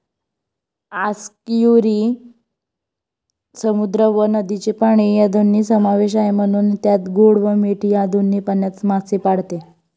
आस्कियुरी समुद्र व नदीचे पाणी या दोन्ही समावेश आहे, म्हणून त्यात गोड व मीठ या दोन्ही पाण्यात मासे पाळते